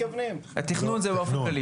תכנון זה באופן כללי,